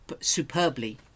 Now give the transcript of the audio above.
superbly